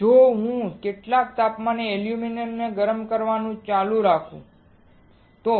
જો હું કેટલાક તાપમાને એલ્યુમિનિયમ ગરમ કરવાનું ચાલુ રાખું તો